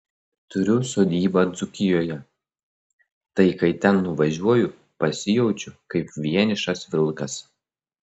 turiu sodybą dzūkijoje tai kai ten nuvažiuoju pasijaučiu kaip vienišas vilkas